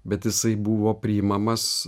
bet jisai buvo priimamas